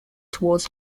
towards